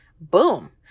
Boom